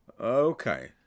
Okay